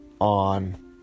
on